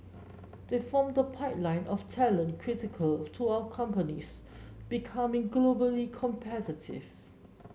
they form the pipeline of talent critical to our companies becoming globally competitive